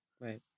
Right